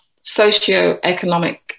socioeconomic